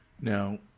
Now